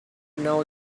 know